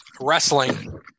wrestling